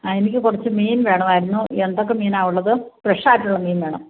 ആ എനിക്ക് കുറച്ചു മീൻ വേണമായിരുന്നു എന്തൊക്കെ മീനാണ് ഉള്ളത് ഫ്രഷ് ആയിട്ടുള്ള മീൻ വേണം